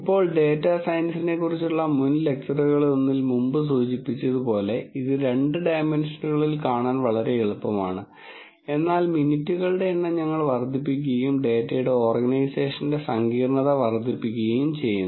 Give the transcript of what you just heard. ഇപ്പോൾ ഡാറ്റ സയൻസിനെക്കുറിച്ചുള്ള മുൻ ലെക്ച്ചറുകളൊന്നിൽ മുമ്പ് സൂചിപ്പിച്ചതുപോലെ ഇത് രണ്ട് ഡയമെൻഷനുകളിൽ കാണാൻ വളരെ എളുപ്പമാണ് എന്നാൽ മിനിറ്റുകളുടെ എണ്ണം ഞങ്ങൾ വർദ്ധിപ്പിക്കുകയും ഡാറ്റയുടെ ഓർഗനൈസേഷന്റെ സങ്കീർണ്ണത വർദ്ധിപ്പിക്കുകയും ചെയ്യുന്നു